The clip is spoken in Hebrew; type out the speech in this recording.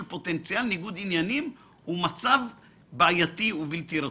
פוטנציאל ניגוד עניינים הוא מצב בעייתי ובלתי רצוי,